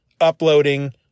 uploading